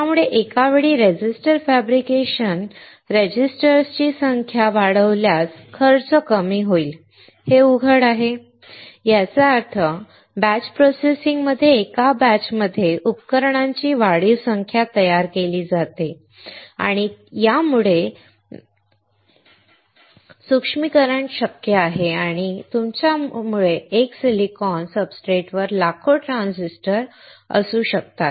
त्यामुळे एकावेळी resistor fabrication रजिस्टर्सची संख्या वाढवल्यास खर्च कमी होईल हे उघड आहे याचा अर्थ बॅच प्रोसेसिंग मध्ये एका बॅचमध्ये उपकरणांची वाढीव संख्या तयार केली जाते आणि यामुळे सूक्ष्मीकरण शक्य आहे आणि तुमच्याकडे एका सिलिकॉन सब्सट्रेटवर लाखो ट्रान्झिस्टर असू शकतात